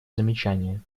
замечания